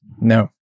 No